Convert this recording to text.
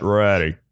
ready